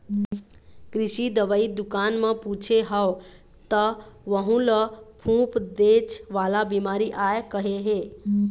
कृषि दवई दुकान म पूछे हव त वहूँ ल फफूंदेच वाला बिमारी आय कहे हे